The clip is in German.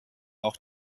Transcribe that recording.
auch